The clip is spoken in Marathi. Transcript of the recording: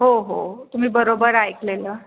हो हो तुम्ही बरोबर ऐकलेलं